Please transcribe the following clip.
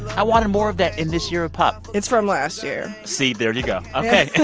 i wanted more of that in this year of pop it's from last year see? there you go. ok